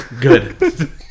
good